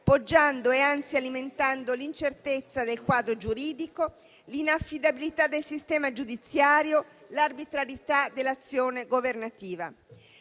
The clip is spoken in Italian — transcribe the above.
poggiando e anzi alimentando l'incertezza del quadro giuridico, l'inaffidabilità del sistema giudiziario, l'arbitrarietà dell'azione governativa.